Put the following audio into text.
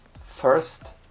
First